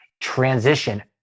transition